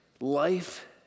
Life